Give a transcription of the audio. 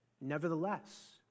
Nevertheless